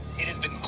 it has been